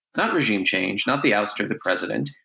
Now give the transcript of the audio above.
not regime change, not the ouster of the president.